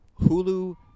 Hulu